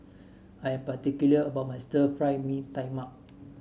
I am particular about my Stir Fry Mee Tai Mak